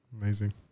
Amazing